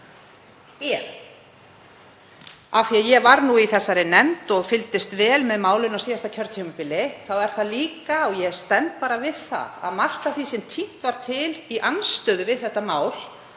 En af því að ég var nú í þessari nefnd og fylgdist vel með málinu á síðasta kjörtímabili þá var það líka þannig, og ég stend við það, að margt af því sem tínt var til í andstöðu við þetta mál